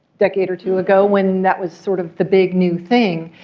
decade or two ago when that was sort of the big new thing.